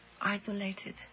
isolated